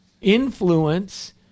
influence